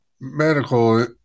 medical